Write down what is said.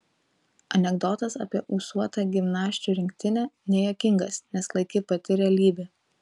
anekdotas apie ūsuotą gimnasčių rinktinę nejuokingas nes klaiki pati realybė